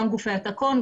גם גופי התקון,